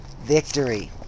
victory